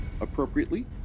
appropriately